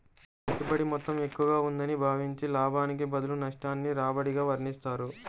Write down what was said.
పెట్టుబడి మొత్తం ఎక్కువగా ఉందని భావించి, లాభానికి బదులు నష్టాన్ని రాబడిగా వర్ణిస్తారు